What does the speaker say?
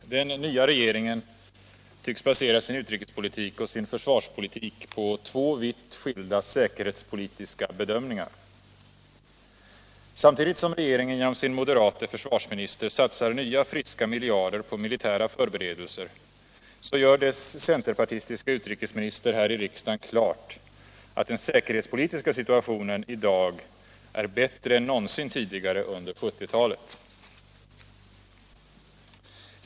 Herr talman! Den nya regeringen tycks basera sin utrikespolitik och sin försvarspolitik på två vitt skilda säkerhetspolitiska bedömningar. Samtidigt som regeringen genom sin moderate försvarsminister satsar nya friska miljarder på militära förberedelser, gör dess centerpartistiska utrikesminister här i riksdagen klart att den säkerhetspolitiska situationen i dag är bättre än någonsin tidigare under 1970-talet.